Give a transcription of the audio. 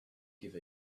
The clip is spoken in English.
give